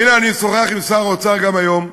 והנה אני משוחח עם שר האוצר גם היום,